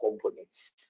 components